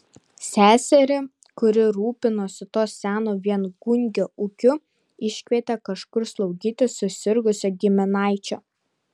seserį kuri rūpinosi to seno viengungio ūkiu iškvietė kažkur slaugyti susirgusio giminaičio